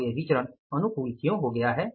और यह विचरण अनुकूल क्यों हो गया है